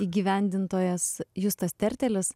įgyvendintojas justas tertelis